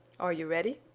are you ready?